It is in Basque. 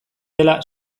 dela